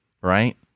right